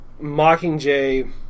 Mockingjay